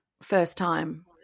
first-time